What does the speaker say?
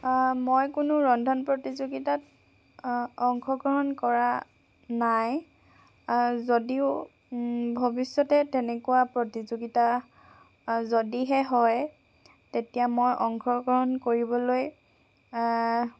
মই কোনো ৰন্ধন প্ৰতিযোগিতাত অংশগ্ৰহণ কৰা নাই যদিও ভৱিষ্যতে তেনেকুৱা প্ৰতিযোগিতা যদিহে হয় তেতিয়া মই অংশগ্ৰহণ কৰিবলৈ